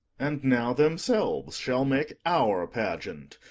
and now themselves shall make our pageant,